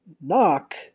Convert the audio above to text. Knock